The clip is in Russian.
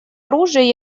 оружия